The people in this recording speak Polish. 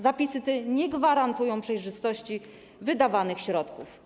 Zapisy te nie gwarantują przejrzystości wydawanych środków.